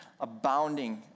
abounding